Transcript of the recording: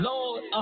Lord